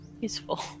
useful